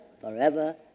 Forever